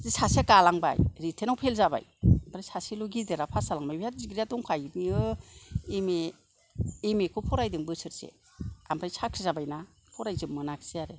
सासेआ गालांबाय रिथेनाव फेल जाबाय आमफ्राय सासेल' गेदेरा फास जालांबाय बिहा दिग्रिआ दंखायो बियो एम ए एम ए खौ फरायदों बोसोरसे आमफ्राय साख्रि जाबायना फरायजोबनो मोनाखिसै आरो